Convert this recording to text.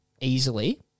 easily